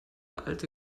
alte